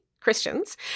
Christians